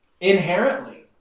inherently